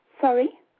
Sorry